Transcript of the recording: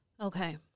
Okay